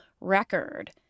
record